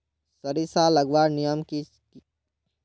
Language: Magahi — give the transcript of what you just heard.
सरिसा लगवार नियम की?